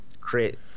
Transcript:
create